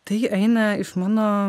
tai eina iš mano